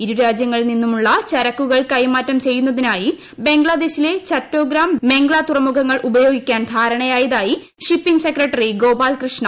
ഇരു രാജ്യങ്ങളിൽ നിന്നുമുള്ള ചരക്കൂകൾ കൈമാറ്റം ചെയ്യുന്നതിനായി ബംഗ്ലാദേശിലെ ചറ്റോഗ്രം മെംഗ്ല തുറമുഖങ്ങൾ ഉപയോഗിക്കാൻ ധാരണയായതായി ഷിപ്പിംഗ് സെക്രട്ടറി ഗോപാൽകൃഷ്ണ